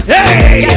Hey